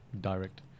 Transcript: direct